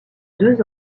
deux